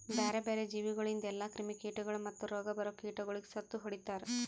ಬ್ಯಾರೆ ಬ್ಯಾರೆ ಜೀವಿಗೊಳಿಂದ್ ಎಲ್ಲಾ ಕ್ರಿಮಿ ಕೀಟಗೊಳ್ ಮತ್ತ್ ರೋಗ ಬರೋ ಕೀಟಗೊಳಿಗ್ ಸತ್ತು ಹೊಡಿತಾರ್